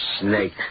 snake